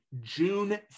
june